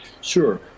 Sure